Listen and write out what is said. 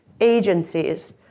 agencies